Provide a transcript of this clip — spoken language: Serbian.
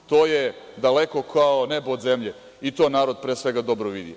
To je daleko kao nebo od zemlje, i to narod pre svega dobro vidi.